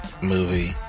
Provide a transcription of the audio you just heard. movie